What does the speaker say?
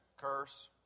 Curse